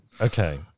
Okay